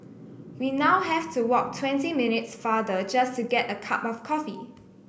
we now have to walk twenty minutes farther just to get a cup of coffee